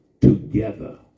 together